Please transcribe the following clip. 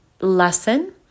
lesson